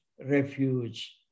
refuge